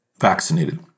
vaccinated